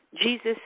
Jesus